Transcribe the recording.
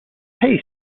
paste